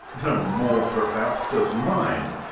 no more perhaps does mine,